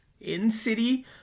in-city